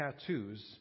tattoos